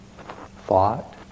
thought